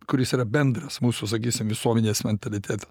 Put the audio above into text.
kuris yra bendras mūsų sakysim visuomenės mentaliteto